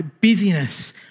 busyness